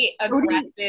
aggressive